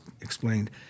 explained